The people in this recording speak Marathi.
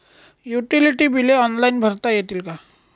युटिलिटी बिले ऑनलाईन भरता येतील का?